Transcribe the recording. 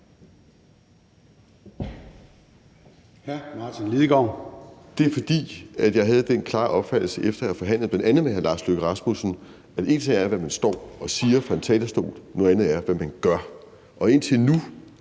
14:25 Martin Lidegaard (RV): Det var, fordi jeg havde den klare opfattelse efter at have forhandlet med bl.a. hr. Lars Løkke Rasmussen, at en ting er, hvad man står og siger fra en talerstol, men at noget andet er, hvad man gør, og indtil nu